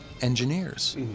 engineers